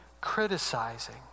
criticizing